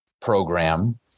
program